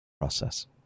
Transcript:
process